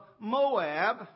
Moab